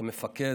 כמפקד,